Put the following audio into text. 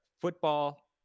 football